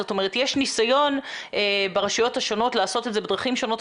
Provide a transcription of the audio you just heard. יש ניסיון ברשויות השונות לעשות את זה בדרכים שונות.